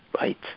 Right